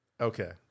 Okay